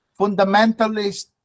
fundamentalist